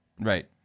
right